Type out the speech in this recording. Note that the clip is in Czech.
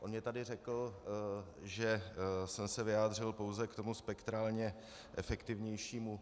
On mi tady řekl, že jsem se vyjádřil pouze k tomu spektrálně efektivnějšímu.